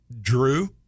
drew